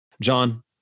John